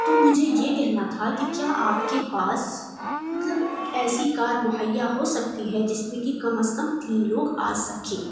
تو مجھے یہ کہنا تھا کہ کیا آپ کے پاس مطلب ایسی کار مہیا ہو سکتی ہے جس میں کہ کم از کم تین لوگ آ سکے